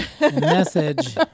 message